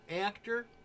actor